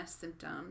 symptoms